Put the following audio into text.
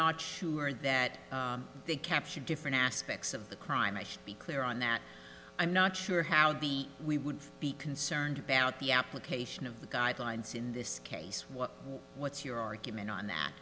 not sure that they captured different aspects of the crime i should be clear on that i'm not sure how the we would be concerned about the application of the guidelines in this case what's your argument on that